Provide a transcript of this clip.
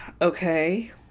okay